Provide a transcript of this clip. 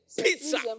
pizza